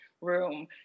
room